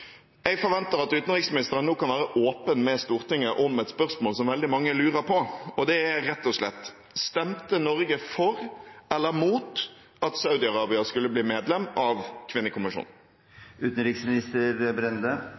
Jeg forventer at utenriksministeren nå kan være åpen med Stortinget om et spørsmål som veldig mange lurer på. Det er rett og slett: Stemte Norge for eller imot at Saudi-Arabia skulle bli medlem av